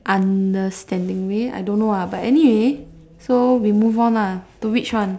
understanding way I don't know lah but anyway so we move on lah to which one